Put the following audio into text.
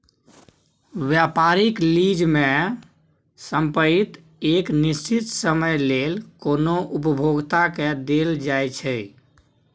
व्यापारिक लीज में संपइत एक निश्चित समय लेल कोनो उपभोक्ता के देल जाइ छइ